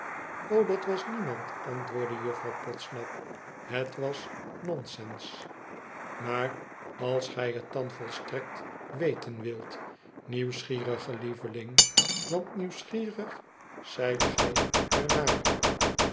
dat was niemand antwoordde juffrouw podsnap ihet was nonsense maar als j het dan volstrekt weten wilt nieuwsgierige lieveling want nieuwsgierig zijt gij